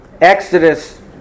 Exodus